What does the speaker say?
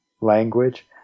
language